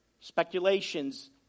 Speculations